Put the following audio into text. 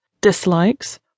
dislikes